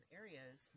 areas